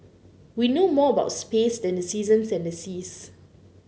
we know more about space than the seasons and the seas